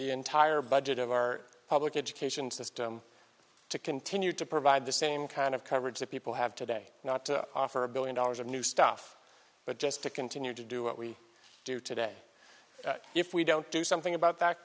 the entire budget of our public education system to continue to provide the same kind of coverage that people have today not to offer a billion dollars of new stuff but just to continue to do what we do today if we don't do something about that